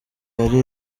yari